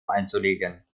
einzulegen